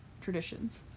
traditions